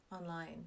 online